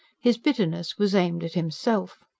his bitterness was aimed at himself.